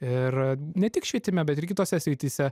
ir ne tik švietime bet ir kitose srityse